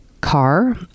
car